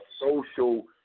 social